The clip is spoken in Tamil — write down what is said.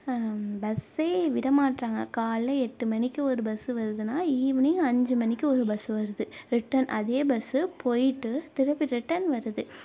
பஸ்ஸே விட மாட்டுறாங்க காலைல எட்டு மணிக்கு ஒரு பஸ்ஸு வருதுன்னால் ஈவினிங் அஞ்சு மணிக்கு ஒரு பஸ்ஸு வருது ரிட்டர்ன் அதே பஸ்ஸு போயிட்டு திருப்பி ரிட்டர்ன் வருது